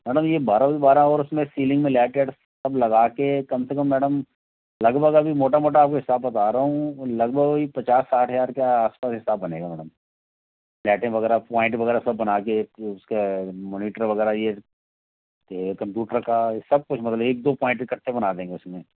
madam यह बारह by बारह और इसमें सीलिंग में लाइट वाइट सब लगा के कम से कम मैडम लगभग अभी मोटा मोटा आपको हिसाब बता रहा हूँ लगभग अभी पचास साठ हज़ार के आस पास हिसाब बनेगा मैडम लाइटें वग़ैरह प्वाइंट वग़ैरह सब बना कर फिर उसके मॉनिटर वग़ैरह यह कि कंप्यूटर का सब कुछ मतलब एक दो प्वाइंट इकट्ठे बना देंगे उसमें